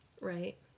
Right